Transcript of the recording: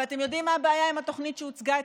אבל אתם יודעים מה הבעיה עם התוכנית שהוצגה אתמול?